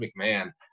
McMahon